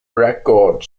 record